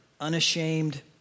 unashamed